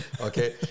okay